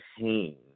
pain